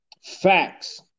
facts